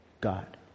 God